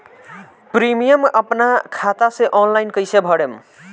Premium अपना खाता से ऑनलाइन कईसे भरेम?